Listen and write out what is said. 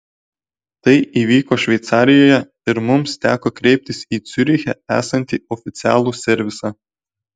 tai įvyko šveicarijoje ir mums teko kreiptis į ciuriche esantį oficialų servisą